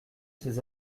ces